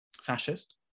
Fascist